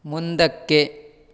ಮುಂದಕ್ಕೆ